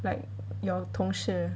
like your 同事